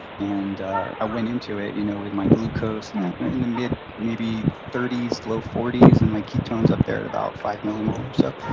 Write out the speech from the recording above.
and i went into it you know with my glucose in the mid maybe thirty s, low forty s and my ketones up there at about five millimolars or so.